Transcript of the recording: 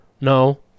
No